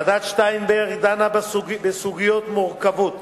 ועדת-שטיינברג דנה בסוגיות מורכבות